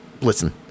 listen